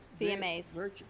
VMAs